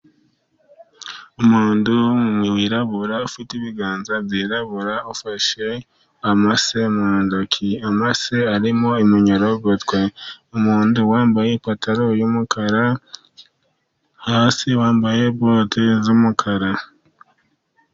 Umuntu w'irabura ufite ibiganza byirabura ufashe amase mu ntoki amase arimo iminyorogoto, umuntu wambaye ipantaro y'umukara hasi wambaye bote z'umukara